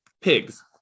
pigs